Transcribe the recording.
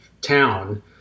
town